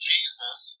Jesus